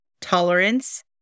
tolerance